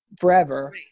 forever